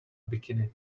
bikini